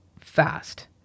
fast